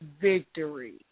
victory